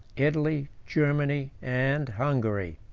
italy, germany, and hungary.